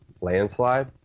Landslide